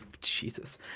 Jesus